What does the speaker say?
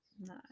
no